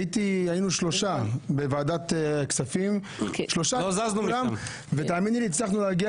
כי כשהיינו שלושה בוועדת הכספים הצלחנו אמנם להגיע